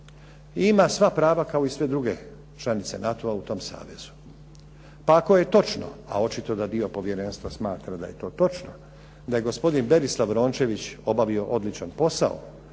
i ima sva prava kao i sve druge članice NATO-a u tom savezu, pa ako je točno a očito da dio povjerenstva smatra da je to točno da je gospodin Berislav Rončević obavio odličan posao